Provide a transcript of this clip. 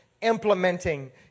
implementing